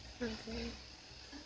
okay